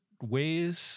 ways